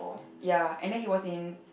ya and then he was in